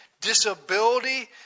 disability